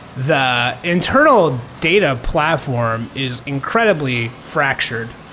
the internal data platform is incredibly fractured.